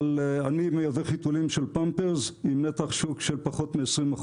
אבל אני מייבא חיתולים של פמפרס עם נתח שוק של פחות מ-20%,